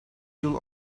yıl